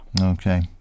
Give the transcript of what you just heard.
Okay